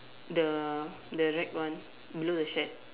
the the red one below the shack